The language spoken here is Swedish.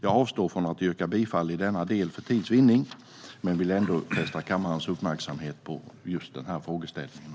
Jag avstår från att yrka bifall i denna del för tids vinnande men vill ändå fästa kammarens uppmärksamhet på just den här frågeställningen.